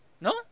No